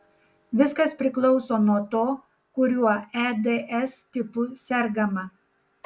viskas priklauso nuo to kuriuo eds tipu sergama